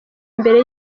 imbere